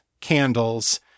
candles